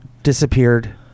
Disappeared